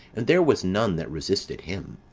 and there was none that resisted him.